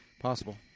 Possible